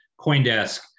Coindesk